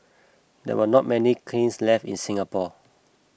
there are not many kilns left in Singapore